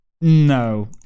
no